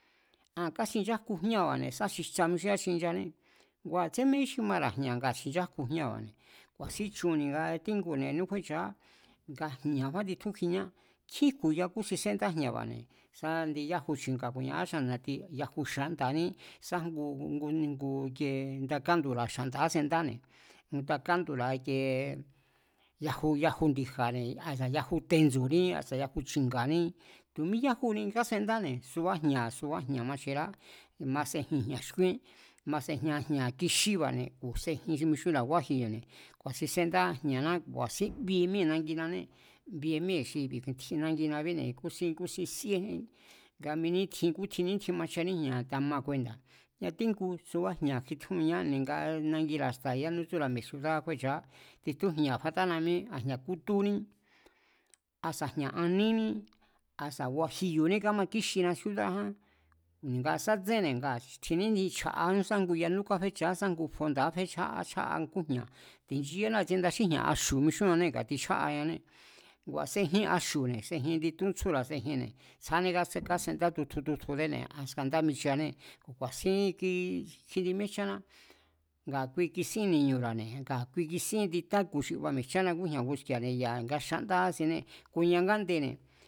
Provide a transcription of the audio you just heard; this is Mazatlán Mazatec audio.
Aa̱n káxinchájku jñába̱ sa xijtsa mi xí káxinchané ngua̱ tsémejín xi mara̱ jña̱ ngaa̱ xinchájku jñaa̱ba̱ne̱, ku̱a̱sín chunne̱ ngatíjngune̱ yanú kjúéchu̱á, nga jña̱ kjúán titjúnkjiñá. Nkjín jku̱ya̱ kúsin sendá jña̱ba̱ne̱, sá indi yáju chi̱nga̱ ku̱nia káxaan na̱ti, a yaju xa̱nda̱ní, sa ngu ikie nda káldu̱ra̱ xanda̱ kasendáne̱, nda káldura̱ ikiee yaju, yaju ndi̱ja̱ne̱, asa̱ yaju tenndsuní, asa̱ yaju chi̱nga̱ní tu̱ mi yájuni kásendáne̱ subá jña̱, subá jña̱ machjenrá ma sejin jña̱ xkúíén, ma sejin jña̱ kixíba̱ne̱ ku̱ sejin xi mixúnra̱a gúájiyo̱ne̱, ku̱a̱sin séndá jña̱ná, ku̱a̱sín bie míée̱ nanginanée̱, bie míée̱ xi i̱ tjin nanginabíne̱ kúsín, kúsin síé nga mi nítjin kútjin nítjin majchaní jña̱ nga ma kuenda̱, ngatíjngu subá jña̱ titjún iñá ni̱nga nangira̱ xta̱ yánú tsúra̱ mi̱e̱ ciudáá kjúéchu̱á, titjún jña̱ fatána míé, a jña̱ kútúní asa̱ jña̱ aníní, a̱sa̱ guajiyo̱ní kmakíxina cíúdáján ni̱nga sá tsénne̱ ngaa̱ tjinní nga chja̱'aá sa ngu yanú káfécha̱á sá ngu fonda̱ káfécha̱á chjá'aa ngú jña̱, ti̱nchiyána i̱tsie ndaxíjña̱ axu̱année̱ ngaa̱ tichjáañanée̱, ngua̱ sejin axu̱ne̱, sejin indi túntsjúra̱ sejinne̱, tsjádé kásendá tu tju, tu tjudéne̱ askan ndá michiané. Ku̱a̱sín kjindi míéjcháná, ngaa̱ kui kisín ni̱ñu̱ra̱ne̱, kui kisín indi táku̱ xi ba mi̱e̱jchana ngújña̱ ngusku̱i̱a̱ne̱ya̱ nga xandá kasinné. Ku̱ ni̱a̱ nga nde̱ne̱